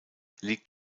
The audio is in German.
liegt